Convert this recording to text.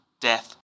death